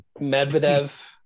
medvedev